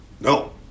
No